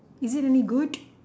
is it any good